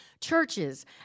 churches